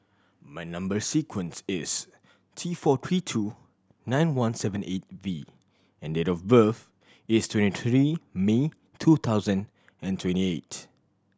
number sequence is T four three two nine one seven eight V and date of birth is twenty three May two thousand and twenty eight